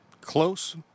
Close